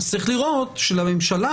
צריך לראות שלממשלה,